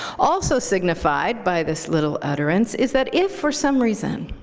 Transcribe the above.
also signified by this little utterance is that if, for some reason,